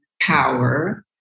power